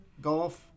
golf